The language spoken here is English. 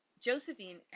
Josephine